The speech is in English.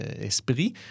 esprit